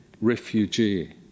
Refugee